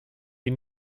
die